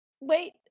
wait